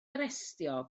arestio